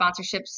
sponsorships